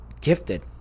gifted